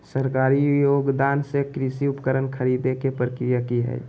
सरकारी योगदान से कृषि उपकरण खरीदे के प्रक्रिया की हय?